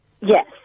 Yes